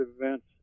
events